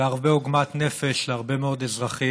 והרבה עוגמת נפש להרבה מאוד אזרחים.